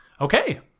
okay